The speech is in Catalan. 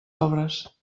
obres